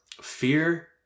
fear